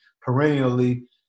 perennially